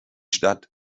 stadt